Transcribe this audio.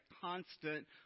constant